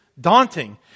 daunting